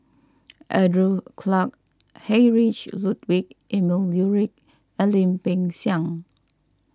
Andrew Clarke Heinrich Ludwig Emil Luering and Lim Peng Siang